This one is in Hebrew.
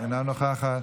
אינה נוכחת,